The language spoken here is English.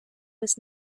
was